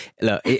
look